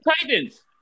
Titans